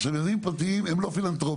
עכשיו, יזמים פרטיים הם לא פילנתרופים.